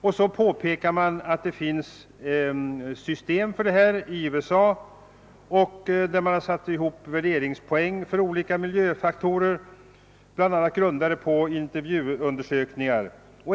Man påpekar att det finns ett system för detta i USA, där värderingspoäng satts för olika miljöfaktorer, bl.a. på basis av intervjuundersökningar.